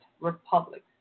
republic